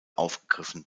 aufgegriffen